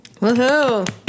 woohoo